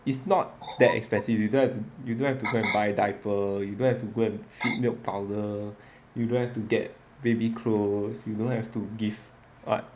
it's not that expensive you don't have to go and buy diaper you don't have to go feed milk powder you don't have to get baby clothes you don't have to give [what]